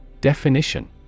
Definition